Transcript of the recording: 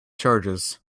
charges